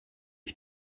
ich